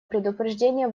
предупреждения